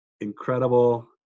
incredible